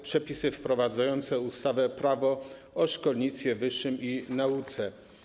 Przepisy wprowadzające ustawę - Prawo o szkolnictwie wyższym i nauce.